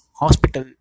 hospital